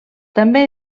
també